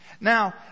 Now